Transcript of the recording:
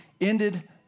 ended